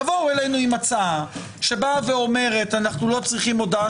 תבואו אלינו עם הצעה שבאה ואומרת: אנחנו לא צריכים הודעה